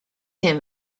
him